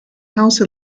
house